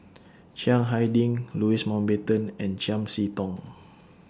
Chiang Hai Ding Louis Mountbatten and Chiam See Tong